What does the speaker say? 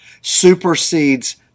supersedes